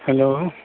hello